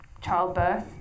childbirth